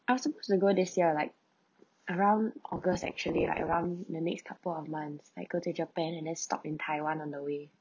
I was supposed to go this year like around august actually like around the next couple of months like go to japan and then stop in taiwan on the way